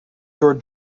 your